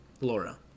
Laura